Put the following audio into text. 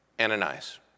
Ananias